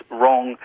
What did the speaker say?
wrong